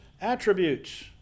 attributes